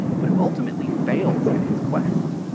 but who ultimately fails in his quest.